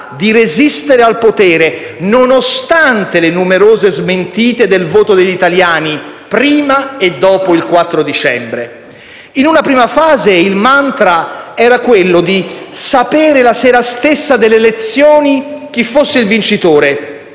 di resistere al potere, nonostante le numerose smentite del voto degli italiani, prima e dopo il 4 dicembre. In una prima fase il mantra era quello di sapere la sera stessa delle elezioni chi fosse il vincitore,